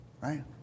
right